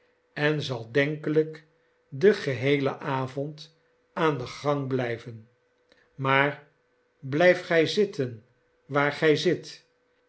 en zal denkelijk den geheelen avond aan den gang blijven maar blijf gij zitten waar gij zit